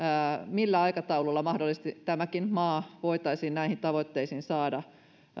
millä aikataululla mahdollisesti tämäkin maa voitaisiin näihin tavoitteisiin saada